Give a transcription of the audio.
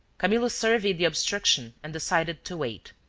camillo surveyed the obstruction and decided to wait.